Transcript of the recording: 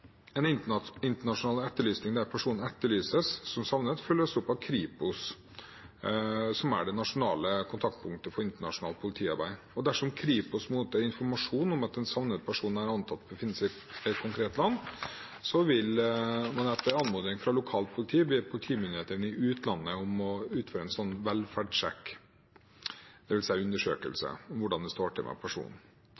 En internasjonal etterlysning der personen etterlyses som savnet, følges opp av Kripos, som er det nasjonale kontaktpunktet for internasjonalt politiarbeid. Og dersom Kripos mottar informasjon om at en savnet person er antatt å befinne seg i et konkret land, vil man etter anmodning fra lokalt politi be politimyndighetene i utlandet om å utføre en velferdssjekk,